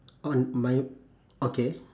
on my okay